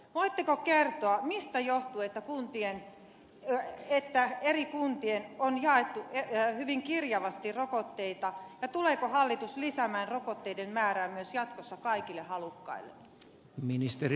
voitteko kertoa mistä johtuu että eri kuntiin on jaettu hyvin kirjavasti rokotteita ja tuleeko hallitus lisäämään rokotteiden määrää myös jatkossa kaikille halukkaille